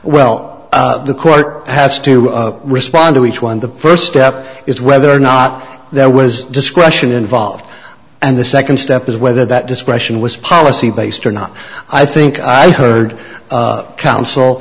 well the court has to respond to each one the first step is whether or not there was discretion involved and the second step is whether that discretion was policy based or not i think i heard counsel